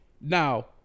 Now